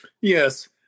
yes